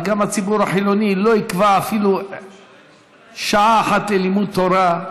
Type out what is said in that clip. וגם הציבור החילוני לא יקבע אפילו שעה אחת ללימוד תורה,